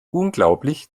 unglaublich